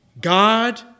God